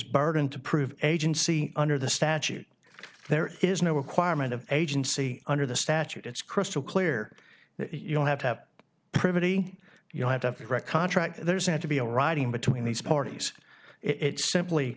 burden to prove agency under the statute there is no requirement of agency under the statute it's crystal clear that you don't have to have pretty you have to read contract there's had to be a writing between these parties it simply